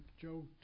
Joe